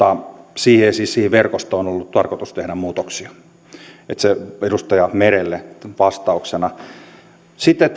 siihen verkostoon on siis ollut tarkoitus tehdä muutoksia se edustaja merelle vastauksena sitten